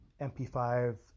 mp5